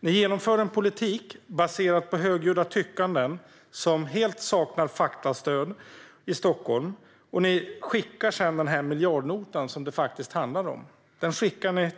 Ni genomför en politik baserad på högljudda tyckanden som helt saknar faktastöd i Stockholm. Sedan skickar ni den miljardnota som det faktiskt handlar om